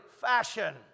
fashion